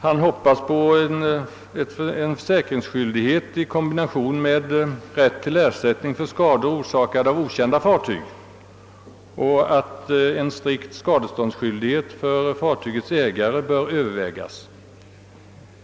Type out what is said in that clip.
Han hoppas på en försäkringsskyldighet i kombination med rätt till ersättning för skador orsakade av okända fartyg och anser att en strikt skadeståndsskyldighet för fartygets ägare bör övervägas.